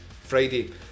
Friday